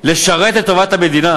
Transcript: לשרת את טובת המדינה?